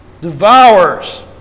Devours